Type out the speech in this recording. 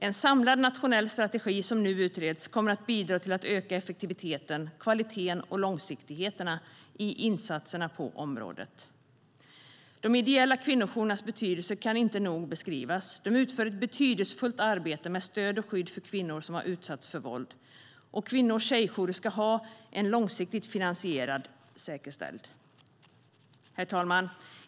En samlad nationell strategi, som nu utreds, kommer att bidra till att öka effektiviteten, kvaliteten och långsiktigheten i insatserna på området. Herr talman!